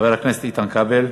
חבר הכנסת איתן כבל,